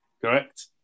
Correct